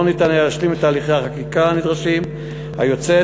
לא ניתן היה להשלים את תהליכי החקיקה הנדרשים בכנסת היוצאת.